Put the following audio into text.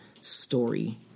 story